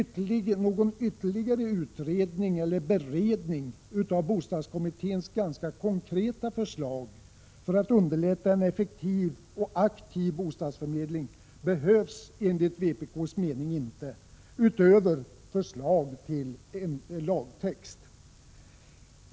Någon ytterligare utredning eller beredning av bostadskommitténs ganska konkreta förslag för att underlätta en effektiv och aktiv bostadsförmedling behövs enligt vpk:s mening inte, utöver förslag till lagtext.